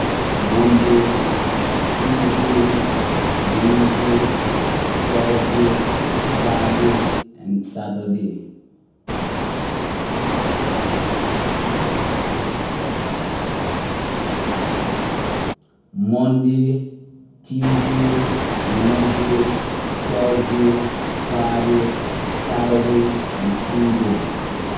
Monday tuesday wednesday thursday friday and saturday monday tuesday wednesday thursday friday saturday and sunday.